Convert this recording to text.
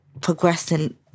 progressing